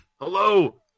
Hello